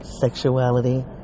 sexuality